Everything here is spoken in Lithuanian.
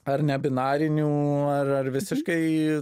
ar nebinarinių ar ar visiškai